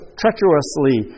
treacherously